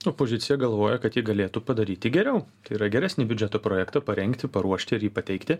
opozicija galvoja kad ji galėtų padaryti geriau tai yra geresnį biudžeto projektą parengti paruošti ir jį pateikti